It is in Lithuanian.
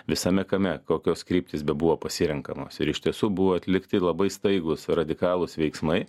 visame kame kokios kryptys bebuvo pasirenkamos ir iš tiesų buvo atlikti labai staigūs radikalūs veiksmai